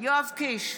יואב קיש,